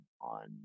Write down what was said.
on